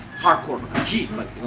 hardcore, gee,